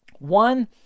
One